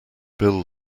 bill